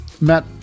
matt